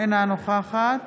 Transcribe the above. אינה נוכחת